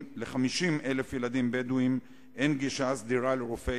מי שמצביע נגד, מצביע בעד הסרת הנושא מסדר-היום.